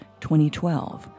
2012